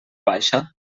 baixa